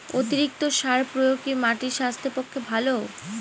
অতিরিক্ত সার প্রয়োগ কি মাটির স্বাস্থ্যের পক্ষে ভালো?